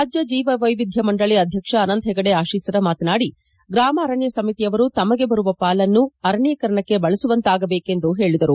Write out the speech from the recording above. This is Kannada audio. ರಾಜ್ಯ ಜೀವವೈವಿಧ್ಯ ಮಂಡಳಿ ಅಧ್ಯಕ್ಷ ಅನಂತಹೆಗಡೆ ಅಶೀಸರ್ ಮಾತನಾಡಿ ಗ್ರಾಮ ಅರಣ್ಯ ಸಮಿತಿಯವರು ತಮಗೆ ಬರುವ ಪಾಲನ್ನು ಅರಣ್ಯಕರಣಕ್ಕೆ ಬಳಸುವಂತಾಗಬೇಕು ಎಂದು ಹೇಳಿದರು